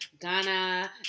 Ghana